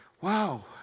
Wow